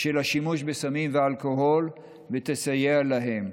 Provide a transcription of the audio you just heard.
של השימוש בסמים ואלכוהול ותסייע להם.